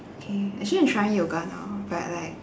K actually I'm trying yoga now but like